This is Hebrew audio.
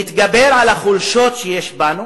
נתגבר על החולשות שיש בנו